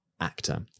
actor